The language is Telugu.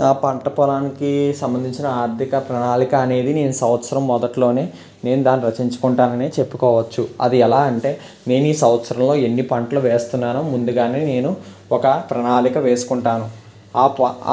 నా పంట పొలానికి సంబంధించిన ఆర్థిక ప్రణాళిక అనేది నేను సంవత్సరం మొదట్లోనే నేను దాన్ని రచించుకుంటానని చెప్పుకోవచ్చు అది ఎలా అంటే నేను ఈ సంవత్సరంలో ఎన్ని పంటలు వేస్తున్నాను ముందుగానే నేను ఒక ప్రణాళిక వేసుకుంటాను